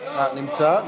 כן, כן.